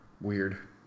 weird